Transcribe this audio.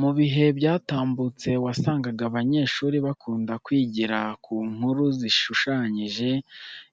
Mu bihe byatambutse wasangaga abanyeshuri bakunda kwigira ku nkuru zishushanije,